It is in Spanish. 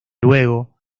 luego